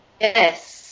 Yes